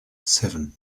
seven